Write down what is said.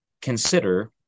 consider